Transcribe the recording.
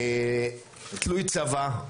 תלוי צבא,